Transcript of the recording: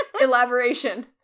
Elaboration